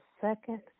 second